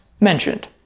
mentioned